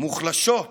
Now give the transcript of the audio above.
מוחלשות